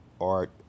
art